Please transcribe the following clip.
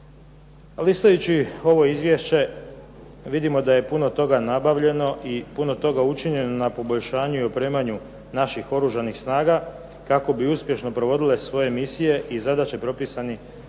Listajući ovo izvješće vidimo da je puno toga nabavljeno i puno toga učinjeno na poboljšanju i opremanju naših Oružanih snaga kako bi uspješno provodile svoje misije i zadaće propisane